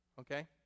Okay